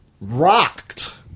rocked